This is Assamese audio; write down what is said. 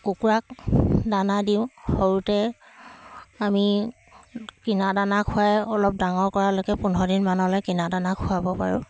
কুকুৰাক দানা দিওঁ সৰুতে আমি কিনা দানা খুৱাই অলপ ডাঙৰ কৰালৈকে পোন্ধৰ দিনমানলৈ কিনা দানা খুৱাব পাৰোঁ